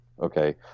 Okay